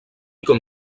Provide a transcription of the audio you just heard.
com